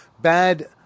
Bad